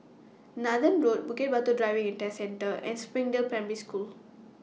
Nathan Road Bukit Batok Driving and Test Centre and Springdale Primary School